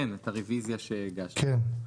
כן, את הרוויזיה שהגשתם.